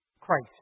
Christ